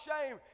shame